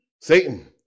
Satan